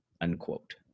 unquote